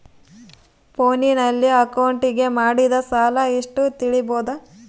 ಫೋನಿನಲ್ಲಿ ಅಕೌಂಟಿಗೆ ಮಾಡಿದ ಸಾಲ ಎಷ್ಟು ತಿಳೇಬೋದ?